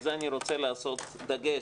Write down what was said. על זה אני רוצה לשים דגש.